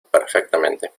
perfectamente